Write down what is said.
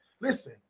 listen